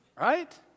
right